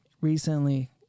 recently